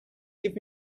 give